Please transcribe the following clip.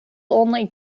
only